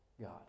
God